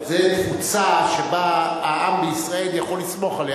זו תפוצה שבה העם בישראל יכול לסמוך עליה.